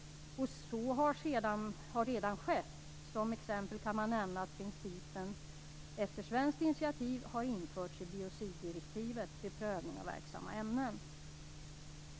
Så har redan skett. Som exempel kan nämnas att principen, på svenskt initiativ, har införts i biociddirektivet vid prövning av verksamma ämnen.